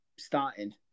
Starting